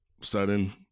sudden